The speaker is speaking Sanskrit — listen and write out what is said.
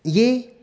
ये